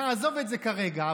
נעזוב את זה כרגע.